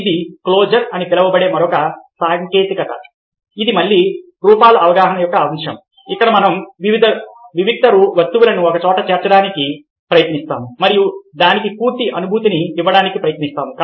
ఇది క్లోజర్ అని పిలువబడే మరొక సాంకేతికత ఇది మళ్లీ రూపాలు అవగాహన యొక్క అంశం ఇక్కడ మనం వివిక్త వస్తువులను ఒకచోట చేర్చడానికి ప్రయత్నిస్తాము మరియు దానికి పూర్తి అనుభూతిని ఇవ్వడానికి ప్రయత్నిస్తాము